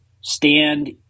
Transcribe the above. stand